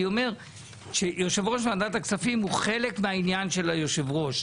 אני אומר שיושב ראש ועדת הכספים הוא חלק מהעניין של היושב ראש,